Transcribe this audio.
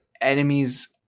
enemies